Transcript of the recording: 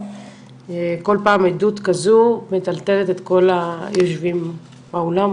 כל פעם עדות כזו מטלטלת את כל היושבים באולם,